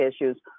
issues